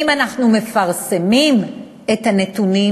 אם אנחנו מפרסמים את הנתונים,